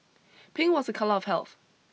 pink was a colour of health